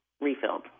refilled